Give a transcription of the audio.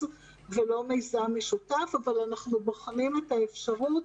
ולא כמיזם משותף אבל אנחנו בוחנים אפשרות,